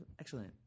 excellent